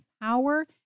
power